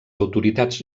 autoritats